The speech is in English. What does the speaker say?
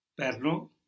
Perno